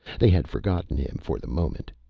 they had forgotten him, for the moment.